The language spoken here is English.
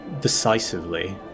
decisively